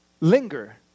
linger